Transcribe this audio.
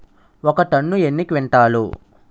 ఒక టన్ను ఎన్ని క్వింటాల్లు?